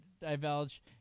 divulge